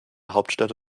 hauptstädte